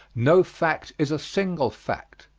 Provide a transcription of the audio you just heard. no fact is a single fact.